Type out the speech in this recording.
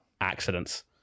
accidents